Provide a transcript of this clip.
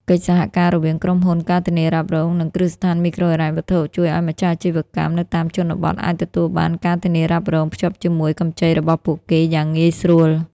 កិច្ចសហការរវាងក្រុមហ៊ុន ការធានារ៉ាប់រង និងគ្រឹះស្ថានមីក្រូហិរញ្ញវត្ថុ ជួយឱ្យម្ចាស់អាជីវកម្មនៅតាមជនបទអាចទទួលបាន ការធានារ៉ាប់រង ភ្ជាប់ជាមួយកម្ចីរបស់ពួកគេយ៉ាងងាយស្រួល។